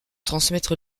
transmettre